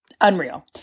unreal